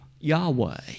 Yahweh